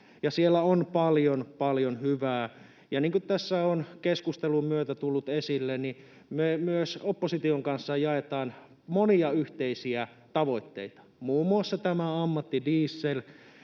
paljon paljon hyvää. Niin kuin tässä on keskustelun myötä tullut esille, niin me myös opposition kanssa jaetaan monia yhteisiä tavoitteita, muun muassa tämä ammattidiesel,